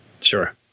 Sure